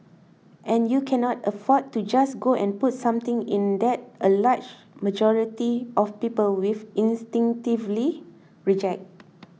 and you cannot afford to just go and put something in that a large majority of people will instinctively reject